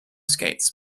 skates